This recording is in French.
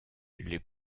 les